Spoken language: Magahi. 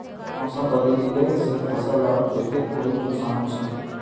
मौसम बदलिले से फसल लार केते कोई नुकसान होचए?